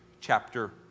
chapter